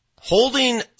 Holding